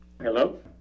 Hello